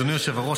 אדוני היושב-ראש,